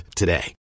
today